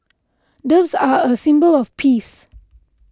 doves are a symbol of peace